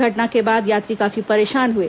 घटना के बाद यात्री काफी परेशान हुए